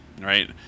right